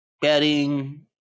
bedding